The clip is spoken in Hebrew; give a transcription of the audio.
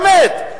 באמת,